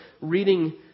reading